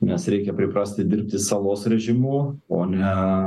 nes reikia priprasti dirbti salos režimu o ne